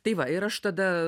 tai va ir aš tada